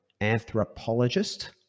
anthropologist